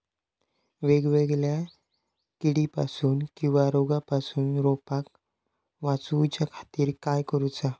वेगवेगल्या किडीपासून किवा रोगापासून रोपाक वाचउच्या खातीर काय करूचा?